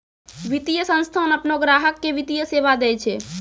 वित्तीय संस्थान आपनो ग्राहक के वित्तीय सेवा दैय छै